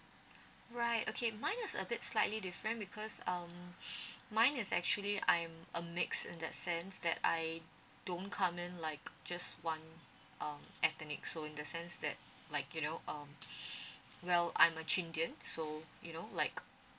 right okay mine is a bit slightly different because um mine is actually I'm a mix in that sense that I don't come in like just one um ethnic so in the sense that like you know um well I'm a chindian so you know like